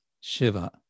Shiva